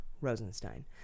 Rosenstein